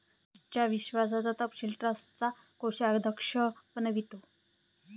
ट्रस्टच्या विश्वासाचा तपशील ट्रस्टचा कोषाध्यक्ष बनवितो